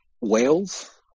Wales